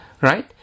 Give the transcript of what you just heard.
Right